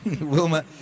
Wilma